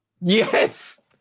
Yes